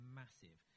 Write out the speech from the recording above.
massive